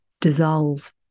dissolve